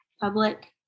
public